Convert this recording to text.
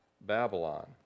Babylon